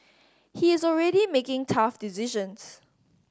he is already making tough decisions